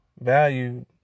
value